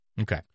Okay